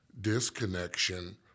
Disconnection